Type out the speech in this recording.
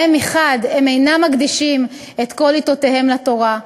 שבה מחד גיסא הם אינם מקדישים את כל עתותיהם לתורה,